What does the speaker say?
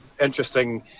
interesting